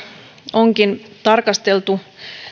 onkin tarkasteltu